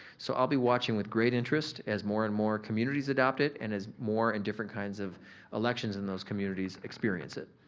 so, i'll be watching with great interest as more and more communities adopt it and as more and different kinds of elections in those communities experience it.